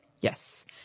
Yes